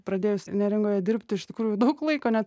pradėjus neringoje dirbti iš tikrųjų daug laiko net